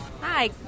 Hi